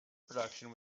production